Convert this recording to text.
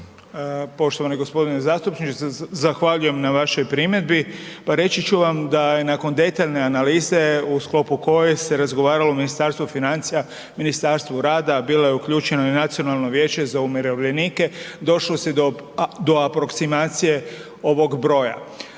Poštovani g. zastupniče, zahvaljujem na vašoj primjedbi. Pa reći ću vam da je nakon detaljne analize u sklopu koje se razgovaralo u Ministarstvu financija, Ministarstvu rada, bilo je uključeno i Nacionalno vijeće za umirovljenike, došlo se do, do aproksimacije ovog broja.